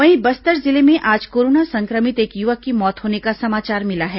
वहीं बस्तर जिले में आज कोरोना संक्रमित एक युवक की मौत होने का समाचार मिला है